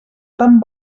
tan